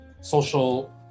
social